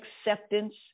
acceptance